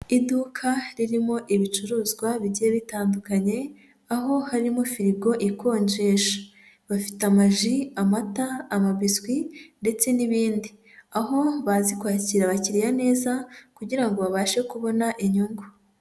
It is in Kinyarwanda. Iduka ririmo ibicuruzwa bigiye bitandukanye aho harimo firigo ikonjesha, bafite amaji, amata, amabiki ndetse n'ibindi, aho bazi kwakira abakiriya neza kugira ngo babashe kubona inyungu.